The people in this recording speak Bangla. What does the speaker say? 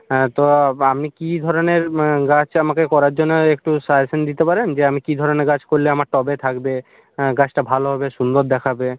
হ্যাঁ তো আপনি কী ধরনের গাছ আমাকে করার জন্য একটু সাজেশান দিতে পারেন যে আমি কী ধরনের গাছ করলে আমার টবে থাকবে গাছটা ভালো হবে সুন্দর দেখাবে